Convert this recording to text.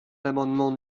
l’amendement